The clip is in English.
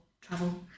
travel